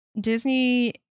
Disney